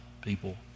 people